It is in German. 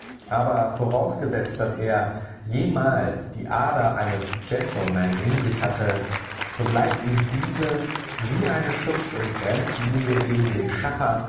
aber vorausgesetzt daß er jemals die ader eines gentleman in sich hatte so bleibt ihm diese wie eine schutz und grenzlinie gegen den schacher